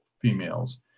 females